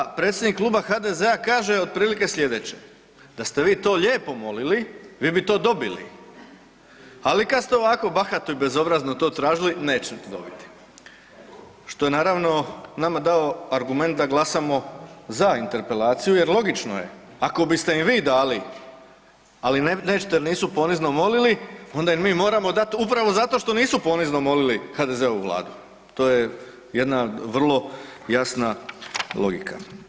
A onda predsjednik Kluba HDZ-a kaže otprilike slijedeće da ste vi to lijepo molili, vi bi to dobili, ali kad ste ovako bahato i bezobrazno to tražili nećete dobiti, što je naravno nama dao argument da glasamo za interpelaciju jer logično je ako biste im vi dali, ali nećete jer nisu ponizno molili, onda im mi moramo dat upravo zato što nisu ponizno molili HDZ-ovu vladu, to je jedna vrlo jasna logika.